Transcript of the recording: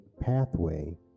pathway